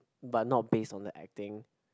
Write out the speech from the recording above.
but not based on the acting